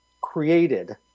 created